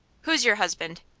who's your husband?